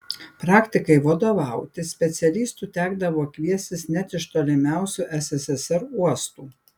praktikai vadovauti specialistų tekdavo kviestis net iš tolimiausių sssr uostų